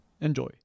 Enjoy